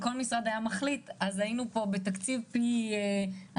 אם כל משרד היה מחליט אז היינו פה בתקציב פי כמה.